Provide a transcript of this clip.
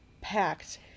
packed